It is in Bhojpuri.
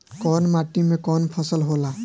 कवन माटी में कवन फसल हो ला?